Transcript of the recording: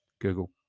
Google